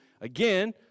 again